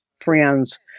friends